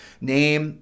name